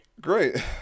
Great